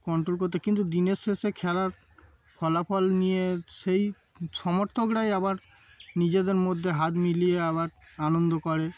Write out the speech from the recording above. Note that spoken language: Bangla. কন্ট্রোল করতে কিন্তু দিনের শেষে খেলার ফলাফল নিয়ে সেই সমর্থকরাই আবার নিজেদের মধ্যে হাত মিলিয়ে আবার আনন্দ করে